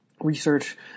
research